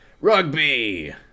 Rugby